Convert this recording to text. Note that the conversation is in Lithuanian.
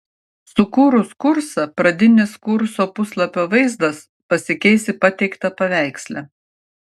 sukūrus kursą pradinis kurso puslapio vaizdas pasikeis į pateiktą paveiksle